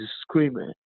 screaming